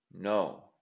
No